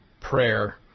prayer